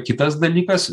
kitas dalykas